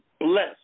bless